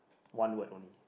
one word only